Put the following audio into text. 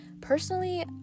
personally